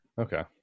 Okay